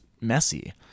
messy